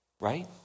right